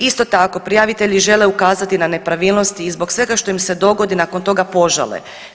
Isto tako prijavitelji žele ukazati na nepravilnosti i zbog svega što im se dogodi nakon toga požale.